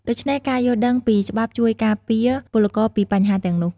ដូច្នេះ ការយល់ដឹងពីច្បាប់ជួយការពារពលករពីបញ្ហាទាំងនោះ។